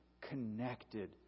connected